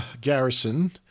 Garrison